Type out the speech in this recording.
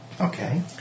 okay